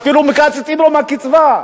אפילו מקצצים לו מהקצבה.